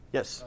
Yes